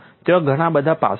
ત્યાં ઘણા બધા પાસા છે